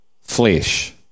flesh